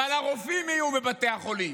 אבל הרופאים יהיו בבתי החולים,